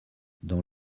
dans